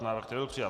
Návrh nebyl přijat.